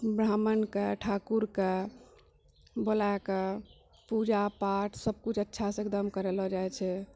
ब्राह्मणके ठाकुरके बुलाकऽ पूजा पाठ सबकिछु अच्छासँ एकदम करे लऽ जाइ छै